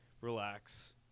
relax